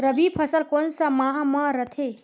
रबी फसल कोन सा माह म रथे?